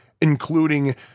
including